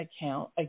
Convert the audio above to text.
account